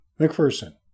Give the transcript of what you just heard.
McPherson